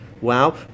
wow